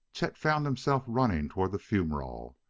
chet found himself running toward the fumerole.